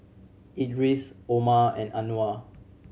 Idris Omar and Anuar